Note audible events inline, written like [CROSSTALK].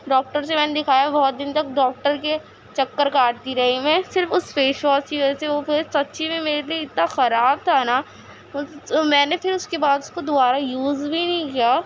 doctor سے میں نے دکھایا بہت دن تک ڈاکٹر کے چکر کاٹتی رہی میں صرف اس فیش واس کی وجہ سے وہ [UNINTELLIGIBLE] سچی میں میرے لیے اتنا خراب تھا نا میں نے پھر اس کے بعد اس کو دوبارہ یوز بھی نہیں کیا